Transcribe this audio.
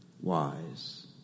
wise